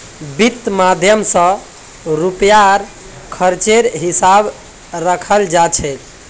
वित्त माध्यम स रुपयार खर्चेर हिसाब रखाल जा छेक